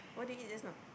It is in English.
what did you eat just now